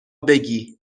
بگی